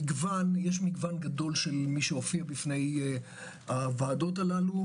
מגוון גדול של מי שמופיע בפני הוועדות הללו,